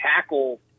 tackle